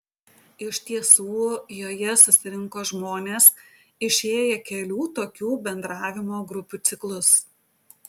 iš tiesų joje susirinko žmonės išėję kelių tokių bendravimo grupių ciklus